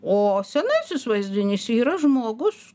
o senasis vaizdinys yra žmogus